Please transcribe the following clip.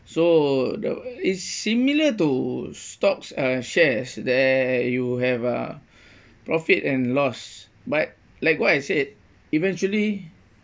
so the is similar to stocks uh shares there you have a profit and loss but like what I said eventually